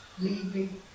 leaving